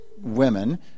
women